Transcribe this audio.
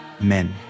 men